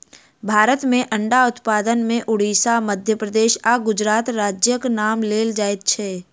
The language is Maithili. भारत मे अंडा उत्पादन मे उड़िसा, मध्य प्रदेश आ गुजरात राज्यक नाम लेल जाइत छै